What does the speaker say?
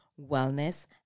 wellness